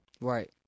Right